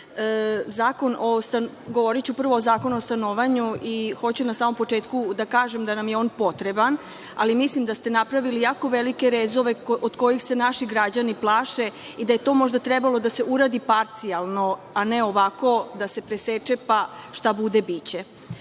poslanici, govoriću prvo o Zakonu o stanovanju i hoću na samom početku da kažem da nam je on potreban, ali mislim da ste napravili jako velike rezove od kojih se naši građani plaše i da je to možda trebalo da se uradi parcijalno, a ne ovako da se preseče, pa šta bude –